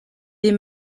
des